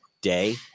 day